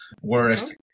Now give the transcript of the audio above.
Whereas